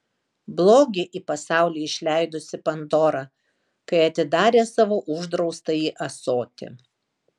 blogį į pasaulį išleidusi pandora kai atidarė savo uždraustąjį ąsotį